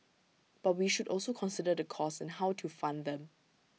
but we should also consider the costs and how to fund them